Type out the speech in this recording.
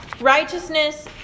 Righteousness